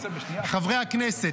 חברי הכנסת,